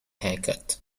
haircut